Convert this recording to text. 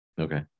Okay